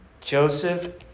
Joseph